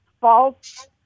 false